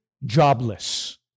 jobless